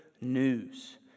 news